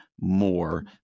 more